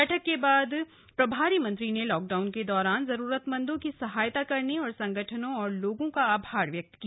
बैठक के बाद प्रभारी मंत्री ने लॉकडाउन के दौरान जरूरतमंदों की सहायता करने वाले संगठनों और लोगों का आभार व्यक्त किया